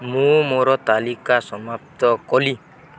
ମୁଁ ମୋର ତାଲିକା ସମାପ୍ତ କଲି